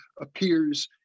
appears